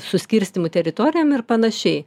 suskirstymų teritorijom ir panašiai